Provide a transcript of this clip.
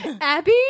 Abby